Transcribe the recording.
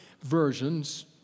versions